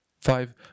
Five